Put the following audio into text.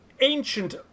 ancient